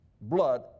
blood